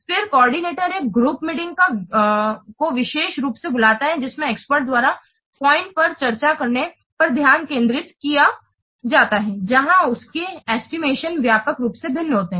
फिर कोऑर्डिनेटर एक group meeting को विशेष रूप से बुलाता है जिसमें एक्सपर्ट द्वारा पॉइंट्स पर चर्चा करने पर ध्यान केंद्रित किया जाता है जहां उनके एस्टिमेशन व्यापक रूप से भिन्न होते हैं